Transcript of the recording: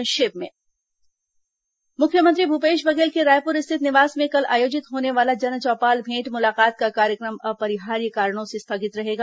संक्षिप्त समाचार मुख्यमंत्री भूपेश बघेल के रायपुर स्थित निवास में कल आयोजित होने वाला जनचौपाल भेंट मुलाकात का कार्यक्रम अपरिहार्य कारणों से स्थगित रहेगा